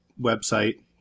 website